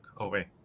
Okay